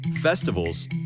Festivals